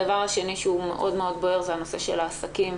הדבר השני, שהוא מאוד בוער, זה הנושא של העסקים.